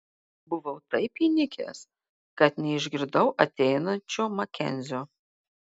buvau taip įnikęs kad neišgirdau ateinančio makenzio